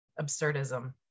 absurdism